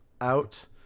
out